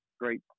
great